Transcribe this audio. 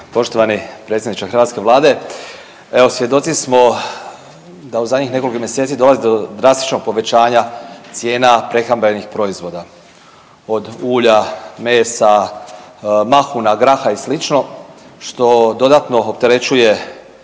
Poštovani predsjedniče hrvatske vlade, evo svjedoci smo da u zadnjih nekoliko mjeseci dolazi do drastičnog povećanja cijena prehrambenih proizvoda, od ulja, mesa, mahuna, graha i slično što dodatno opterećuje